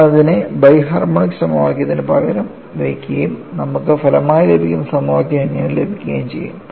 നമ്മൾ അതിനെ biharmonic സമവാക്യത്തിൽ പകരം വയ്ക്കുകയും നമുക്ക് ഫലമായി ലഭിക്കുന്ന സമവാക്യം ഇങ്ങനെ ലഭിക്കുകയും ചെയ്യും